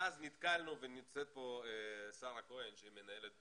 ונמצאת פה שרה כהן, שהיא מנהלת